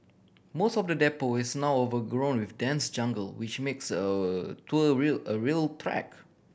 most of the depot is now overgrown with dense jungle which makes tour real a real trek